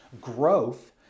growth